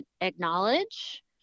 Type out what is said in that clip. acknowledge